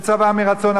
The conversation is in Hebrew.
של צבא מרצון.